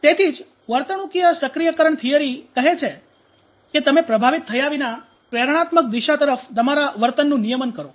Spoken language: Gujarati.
તેથી જ વર્તણૂકીય સક્રિયકરણ થિયરી કહે છે કે તમે પ્રભાવિત થયા વિના પ્રેરણાત્મક દિશા તરફ તમારા વર્તનનું નિયમન કરો